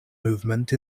movement